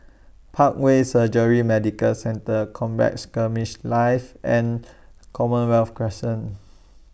Parkway Surgery Medical Centre Combat Skirmish Live and Commonwealth Crescent